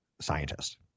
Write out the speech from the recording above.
scientist